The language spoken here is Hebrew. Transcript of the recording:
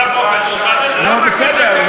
נו, בסדר.